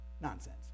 Nonsense